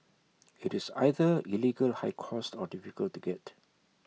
IT is either illegal high cost or difficult to get